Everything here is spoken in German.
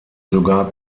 sogar